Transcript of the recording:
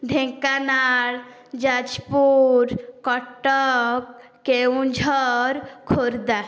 Dhenkanal Jajpur Cuttack Keonjhar Khordha